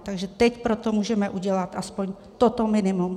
Takže teď pro to můžeme udělat alespoň toto minimum.